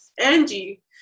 Angie